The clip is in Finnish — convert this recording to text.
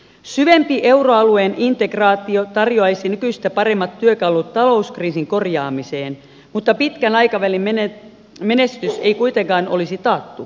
syvempi euroalueen integraatio tarjoaisi nykyistä paremmat työkalut talouskriisin korjaamiseen mutta pitkän aikavälin menestys ei kuitenkaan olisi taattu